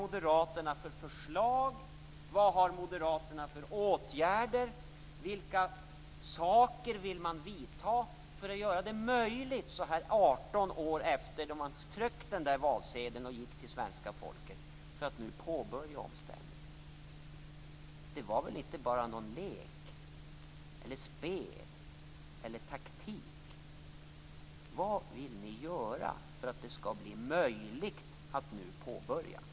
Vilka förslag har Moderaterna och vilka åtgärder vill man vidta för att göra det möjligt att nu påbörja omställningen så här 18 år efter det att man tryckte den där valsedeln och gick till svenska folket? Det var väl inte bara någon lek, något spel eller någon taktik? Vad vill Moderaterna göra för att det skall bli möjligt att nu påbörja detta?